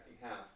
half